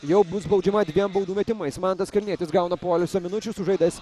jau bus baudžiama dviem baudų metimais mantas kalnietis gauna poilsio minučių sužaidęs